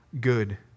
good